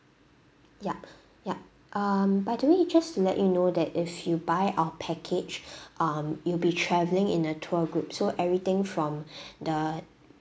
yup yup um by the way just to let you know that if you buy our package um you'll be travelling in a tour group so everything from the